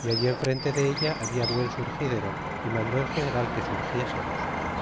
y allí enfrente della habla buen surgidero y mandó el general que